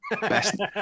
best